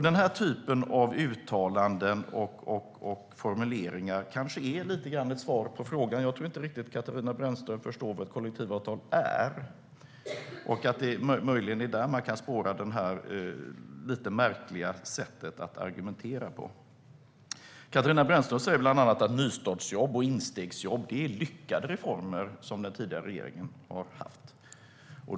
Denna typ av uttalanden och formuleringar kanske är lite grann av ett svar på frågan. Jag tror inte att Katarina Brännström riktigt förstår vad ett kollektivavtal är och att det möjligen är där man kan spåra detta lite märkliga sätt att argumentera. Katarina Brännström säger bland annat att nystartsjobb och instegsjobb är lyckade reformer som den tidigare regeringen har genomfört.